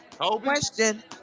Question